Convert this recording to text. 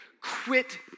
quit